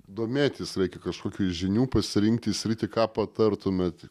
domėtis reikia kažkokių žinių pasirinkti sritį ką patartumėte